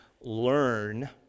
learn